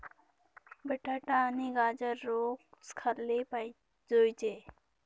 बटाटा आणि गाजर रोज खाल्ले जोयजे